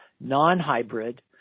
non-hybrid